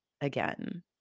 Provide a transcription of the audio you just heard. again